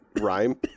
rhyme